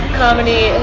comedy